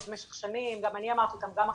במשך שנים, גם אני אמרתי אותם וגם אחרים,